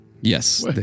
Yes